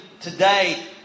today